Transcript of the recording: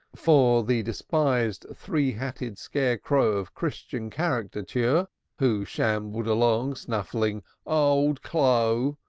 for the despised three-hatted scarecrow of christian caricature, who shambled along snuffling old clo',